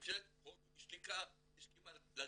ממשלת הודו הסכימה להחזיר